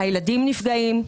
הילדים נפגעים.